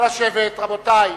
רבותי,